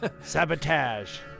sabotage